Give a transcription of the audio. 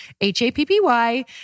H-A-P-P-Y